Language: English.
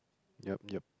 yup yup